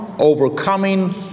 overcoming